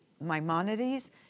Maimonides